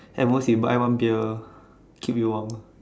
at most you buy one beer keep you warm